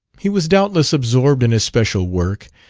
he was doubtless absorbed in his special work,